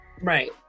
Right